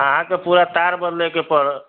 अहाँके पूरा तार बदलै के परत